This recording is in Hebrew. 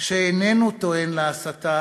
שאינו טוען להסתה